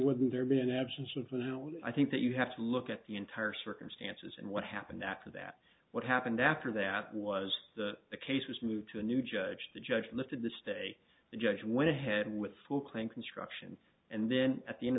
wouldn't there be an absence of what i don't i think that you have to look at the entire circumstances and what happened after that what happened after that was the case was moved to a new judge the judge lifted the stay the judge went ahead with full claim construction and then at the end